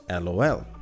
lol